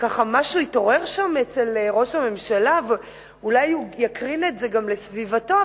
ככה משהו התעורר שם אצל ראש הממשלה ואולי הוא יקרין את זה גם לסביבתו.